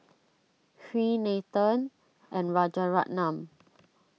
Hri Nathan and Rajaratnam